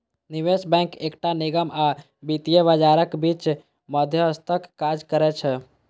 निवेश बैंक एकटा निगम आ वित्तीय बाजारक बीच मध्यस्थक काज करै छै